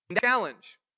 Challenge